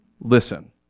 listen